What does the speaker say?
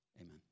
Amen